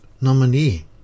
nominee